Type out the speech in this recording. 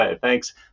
Thanks